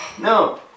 no